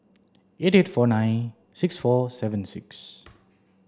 eight four nine six four seven six